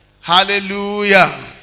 Hallelujah